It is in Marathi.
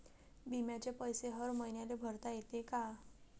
बिम्याचे पैसे हर मईन्याले भरता येते का?